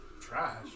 trash